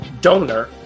donor